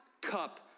cup